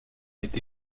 été